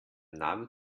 navi